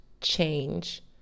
change